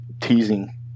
teasing